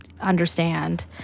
understand